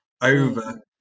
over